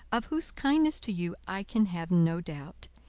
of whose kindness to you i can have no doubt.